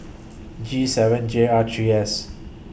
G seven J R three S